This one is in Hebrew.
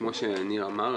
כמו שניר אמר,